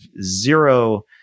zero